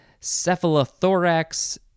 cephalothorax